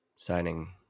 Signing